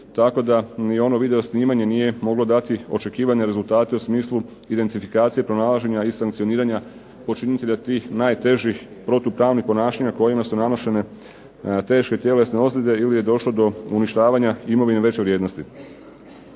tako da ni ono video snimanje nije moglo dati očekivane rezultate u smislu identifikacije pronalaženja i sankcioniranja počinitelja tih najtežih protupravnih ponašanja kojima su nanošene teške tjelesne ozljede ili je došlo do uništavanja imovine veće vrijednosti.